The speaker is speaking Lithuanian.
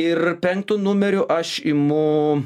ir penktu numeriu aš imu